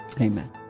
Amen